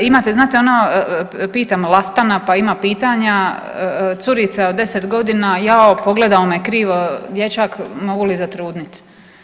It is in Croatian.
Imate, znate ono pitam Lastana, pa ima pitanja curica od 10 godina– „Jao, pogledao me krivo dječak mogu li zatrudniti?